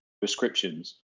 prescriptions